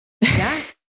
Yes